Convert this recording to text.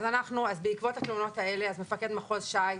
בעקבות התלונות האלה, מפקד מחוז ש"י,